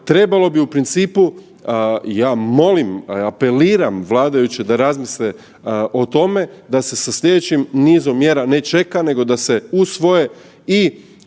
trebalo bi u principu, ja molim, apeliram vladajuće da razmisle o tome da se sa slijedećim nizom mjera ne čeka nego da se usvoje i